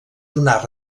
donar